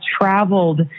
traveled